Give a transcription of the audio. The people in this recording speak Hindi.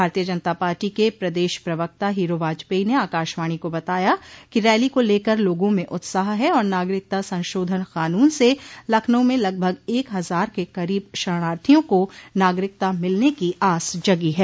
भारतीय जनता पार्टी के प्रदेश प्रवक्ता हीरो वाजपेई ने आकाशवाणी को बताया कि रैली को लेकर लोगों में उत्साह है और नागरिकता संशोधन कानून से लखनऊ में लगभग एक हजार के करीब शरणार्थियों को नागरिकता मिलने की आस जगी है